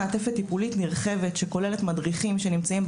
אני מתעקש על עולי צרפת כי את מדברת עליהם.